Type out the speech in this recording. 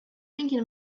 thinking